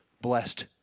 blessed